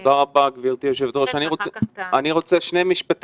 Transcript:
תודה רבה, גברתי יושבת הראש.